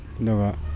ꯑꯗꯨꯒ